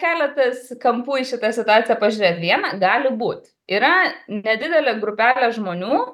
keletas kampų į šitą situaciją pažiūrėt viena gali būt yra nedidelė grupelė žmonių